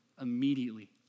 immediately